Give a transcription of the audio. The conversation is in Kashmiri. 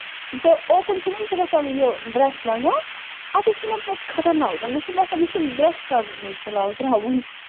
تہٕ اوٚکُن چھُنہٕ حظ لَگان یہِ برٛشَ لگان اَتٮ۪تھ چھُ مےٚ پَتہٕ خَطر ناک مےٚ چھُ باسان مےٚ چھُ برٛیش کَرُن یہِ فِلحال ترٛاوُن